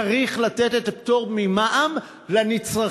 צריך לתת את הפטור ממע"מ לנצרכים,